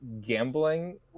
gambling